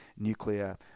nuclear